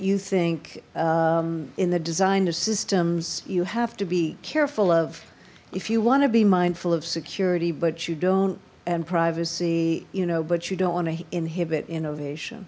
you think in the design of systems you have to be careful of if you want to be mindful of security but you don't and privacy you know but you don't want to inhibit innovation